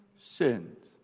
sins